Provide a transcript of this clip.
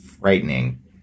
frightening